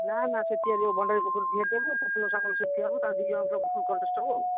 ନା ନା ସେ ଠିଆ ହେବ ଭଣ୍ଡାରୀ ପୋଖରୀ ଠିଆ ହବ ପ୍ରଫୁଲ୍ଲ ସାମଲ ସେଠି ଠିଆ ହେବ ତାଙ୍କ ଦୁଇ ଜଣଙ୍କର ଫୁଲ୍ କଣ୍ଟେଷ୍ଟ୍ ହେବ ଆଉ